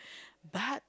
but